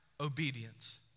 obedience